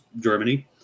Germany